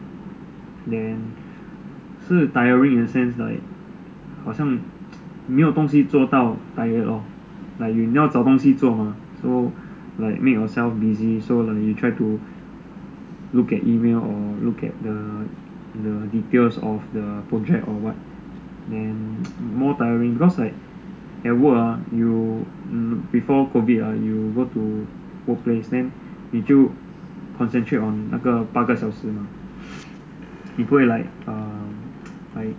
then 是 tiring in a sense like 好像没有东西做到 tired lor like 你要找东西做 mah so like make yourself busy so you try to look at email or look at the the details of the project or what then more tiring cause like at work ah before COVID ah you go to workplace then 你就 concentrate on 那个八个小时你不会 like err I